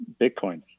bitcoin